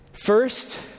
First